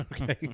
Okay